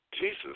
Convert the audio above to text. Jesus